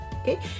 okay